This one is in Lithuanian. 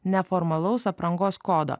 neformalaus aprangos kodo